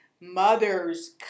mothers